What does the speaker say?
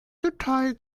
detail